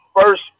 first